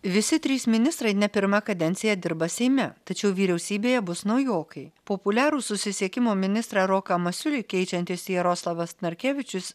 visi trys ministrai ne pirmą kadenciją dirba seime tačiau vyriausybėje bus naujokai populiarų susisiekimo ministrą roką masiulį keičiantis jaroslavas narkevičius